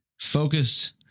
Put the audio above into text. focused